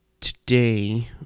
Today